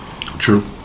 True